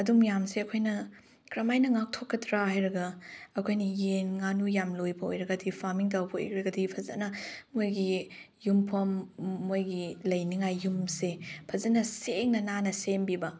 ꯑꯗꯨ ꯃꯌꯥꯝꯁꯦ ꯑꯩꯈꯣꯏꯅ ꯀꯔꯝ ꯍꯥꯏꯅ ꯉꯥꯛꯊꯣꯛꯀꯗ꯭ꯔꯥ ꯍꯥꯏꯔꯒ ꯑꯩꯈꯣꯏꯅ ꯌꯦꯟ ꯉꯥꯅꯨ ꯌꯥꯝ ꯂꯣꯏꯕ ꯑꯣꯏꯔꯒꯗꯤ ꯐꯥꯝꯃꯤꯡ ꯇꯧꯕ ꯑꯣꯏꯔꯒꯗꯤ ꯐꯖꯅ ꯃꯣꯏꯒꯤ ꯌꯨꯝꯐꯝ ꯃꯣꯏꯒꯤ ꯂꯩꯅꯤꯡꯉꯥꯏ ꯌꯨꯝꯁꯦ ꯐꯖꯅ ꯁꯦꯡꯅ ꯅꯥꯟꯅ ꯁꯦꯝꯕꯤꯕ